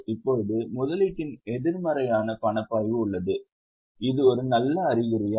இப்போது முதலீட்டில் எதிர்மறையான பணப்பாய்வு உள்ளது இது ஒரு நல்ல அறிகுறியா